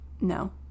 no